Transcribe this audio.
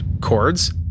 chords